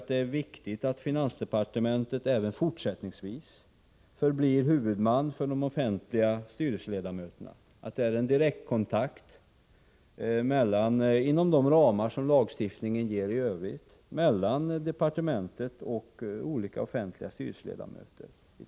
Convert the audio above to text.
Det är viktigt att finansdepartementet även fortsättningsvis förblir huvudman för de offentliga styrelseledamöterna, att det inom de ramar som lagstiftningen i övrigt ger finns en direktkontakt mellan departementet och olika offentliga styrelseledamöter.